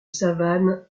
savanes